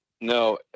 No